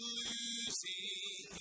losing